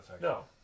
No